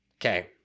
Okay